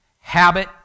Habit